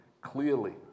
clearly